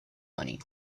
money